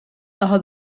daha